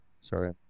Sorry